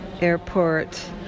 airport